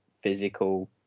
physical